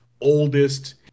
oldest